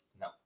No